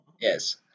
yes